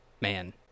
man